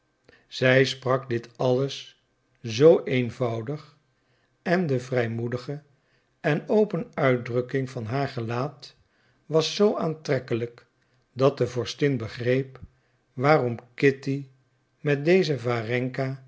zij sprak dit alles zoo eenvoudig en de vrijmoedige en open uitdrukking van haar gelaat was zoo aantrekkelijk dat de vorstin begreep waarom kitty met deze warenka